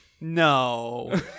No